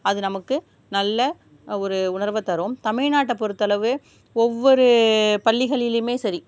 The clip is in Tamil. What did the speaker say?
அது நமக்கு நல்ல ஒரு உணர்வை தரும் தமிழ்நாட்டை பொறுத்தளவு ஒவ்வொரு பள்ளிகளிலேயுமே சரி